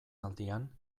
aldian